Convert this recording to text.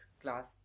class